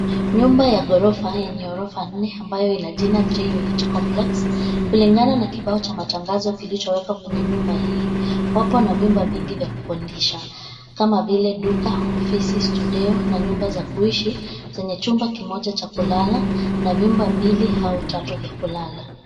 Nyumba ya ghorofa yenye orofa nne ambayo ina jina Three Unit Complex. Kulingana na kibao cha matangazo kilichowekwa kwenye nyumba hii, wapo na vyumba vingi vya kukodisha kama vile duka, ofisi, studeo na nyumba za kuishi zenye chumba kimoja cha kulala na vyumba mbili au tatu vya kulala.